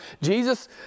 Jesus